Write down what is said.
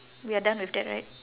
we are done with that right